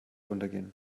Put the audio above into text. untergehen